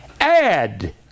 Add